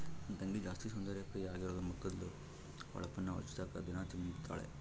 ನನ್ ತಂಗಿ ಜಾಸ್ತಿ ಸೌಂದರ್ಯ ಪ್ರಿಯೆ ಆಗಿರೋದ್ಕ ಮಕದ್ದು ಹೊಳಪುನ್ನ ಹೆಚ್ಚಿಸಾಕ ದಿನಾ ತಿಂಬುತಾಳ